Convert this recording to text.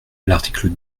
l’article